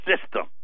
system